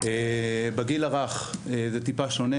בגיל הרך זה טיפה שונה,